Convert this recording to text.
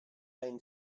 been